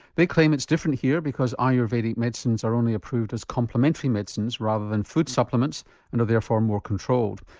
they claim it's different here because ayurvedic medicines are only approved as complementary medicines rather than food supplements and are therefore more controlled.